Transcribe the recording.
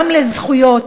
גם לזכויות,